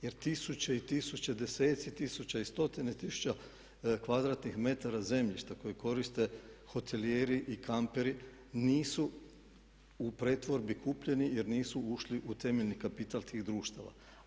Jer tisuće i tisuće, deseci tisuća i stotine tisuća kvadratnih metara zemljišta koji koriste hotelijeri i kamperi nisu u pretvorbi kupljeni jer nisu ušli u temeljni kapital tih društava.